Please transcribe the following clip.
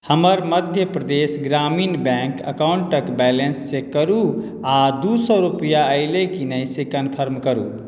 हमर मध्य प्रदेश ग्रामीण बैंक अकाउंटके balance check करू आ दू सए रूपैआ अयले कि नहि से कनफर्म करू